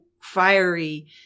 fiery